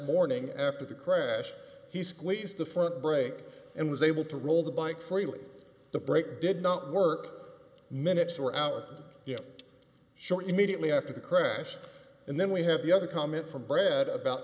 morning after the crash he squeezed the front brake and was able to roll the bike freely the brake did not work minutes or out yeah sure immediately after the crash and then we have the other comment from brett about